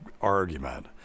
argument